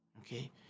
okay